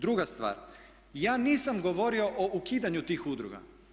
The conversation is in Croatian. Druga stvar, ja nisam govorio o ukidanju tih udruga.